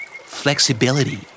Flexibility